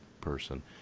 person